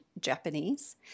Japanese